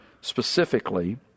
specifically